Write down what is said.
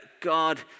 God